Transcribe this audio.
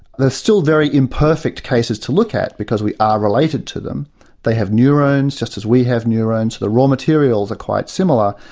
they're still very imperfect cases to look at, because we are related to them they have neurons just as we have neurons, the raw materials are quite similar,